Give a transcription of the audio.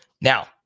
Now